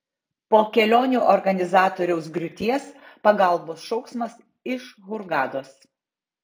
po kelionių organizatoriaus griūties pagalbos šauksmas iš hurgados